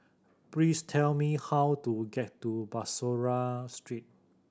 please tell me how to get to Bussorah Street